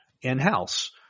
in-house